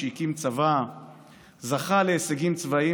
הוא הקים צבא וזכה להישגים צבאיים